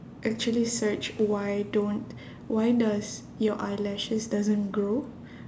actually searched why don't why does your eyelashes doesn't grow